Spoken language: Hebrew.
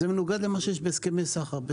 מנוגדת למה שיש בהסכמי סחר.